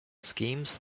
schemes